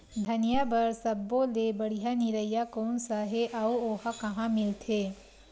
धनिया बर सब्बो ले बढ़िया निरैया कोन सा हे आऊ ओहा कहां मिलथे?